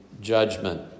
judgment